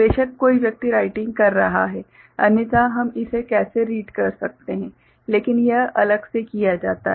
बेशक कोई व्यक्ति राइटिंग कर रहा है अन्यथा हम इसे कैसे रीड कर सकते हैं लेकिन यह अलग से किया जाता है